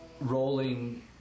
rolling